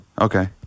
Okay